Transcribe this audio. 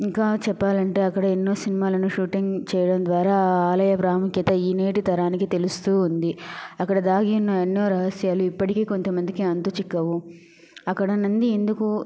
ఇంకా చెప్పాలంటే అక్కడ ఎన్నో సినిమాలను షూటింగ్ చేయడం ద్వారా ఆలయ ప్రాముఖ్యత ఈ నేటితరానికి తెలుస్తూ ఉంది అక్కడ దాగి ఉన్న ఎన్నో రహస్యాలు ఇప్పటికీ కొంతమందికి అంతు చిక్కవు అక్కడ నంది ఎందుకు